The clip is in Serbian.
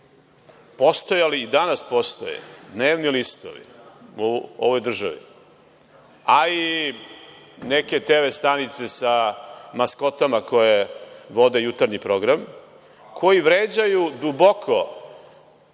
postojali i danas postoje dnevni listovi u ovoj državi, a i neke TV stanice sa maskotama koje vode jutarnji program koji vređaju duboko